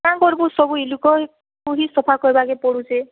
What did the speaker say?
କାଁ କରବୁ ସବୁ ଇ ଲୁକ ହି ମୁହିଁ ସଫା କରବାକେ ପଡ଼ୁଛେ